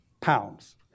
Pounds